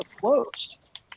closed